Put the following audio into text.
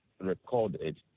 recorded